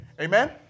Amen